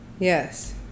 Yes